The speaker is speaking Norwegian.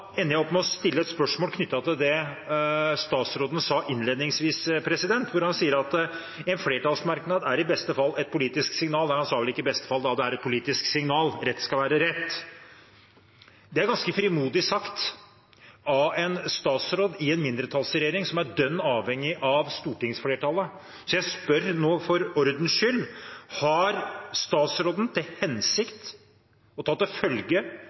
ender jeg opp med å stille et spørsmål knyttet til det statsråden sa innledningsvis, at en flertallsmerknad i beste fall er et politisk signal. Nei, han sa vel ikke i beste fall, men at det er et politisk signal – rett skal være rett. Det er ganske frimodig sagt av en statsråd i en mindretallsregjering, som er dønn avhengig av stortingsflertallet. Så jeg spør nå for ordens skyld: Har statsråden til hensikt å ta til følge